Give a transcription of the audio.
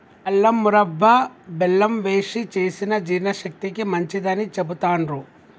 అల్లం మురబ్భ బెల్లం వేశి చేసిన జీర్ణశక్తికి మంచిదని చెబుతాండ్రు